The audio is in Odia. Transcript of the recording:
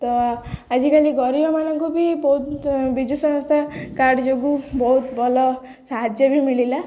ତ ଆଜିକାଲି ଗରିବମାନଙ୍କୁ ବି ବହୁତ ବିଜୁ ସଂସ୍ଥା କାର୍ଡ଼ ଯୋଗୁଁ ବହୁତ ଭଲ ସାହାଯ୍ୟ ବି ମିଳିଲା